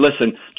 listen